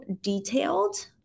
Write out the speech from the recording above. detailed